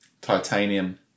titanium